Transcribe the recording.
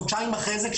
חודשיים לאחר מכן,